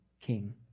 king